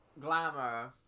Glamour